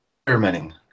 experimenting